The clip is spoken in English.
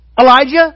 Elijah